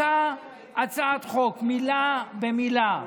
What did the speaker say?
אותה הצעת חוק, מילה במילה,